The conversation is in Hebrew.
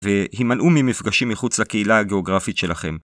והמנעו ממפגשים מחוץ לקהילה הגיאוגרפית שלכם.